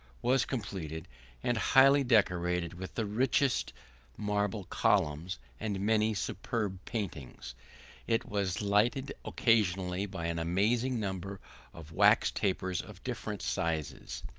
was completed and highly decorated with the richest marble columns and many superb paintings it was lighted occasionally by an amazing number of wax tapers of different sizes,